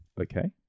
Okay